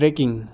tracking